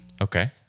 Okay